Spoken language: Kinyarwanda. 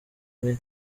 umwe